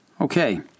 Okay